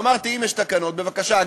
אמרתי, אם יש תקנות, אז בבקשה.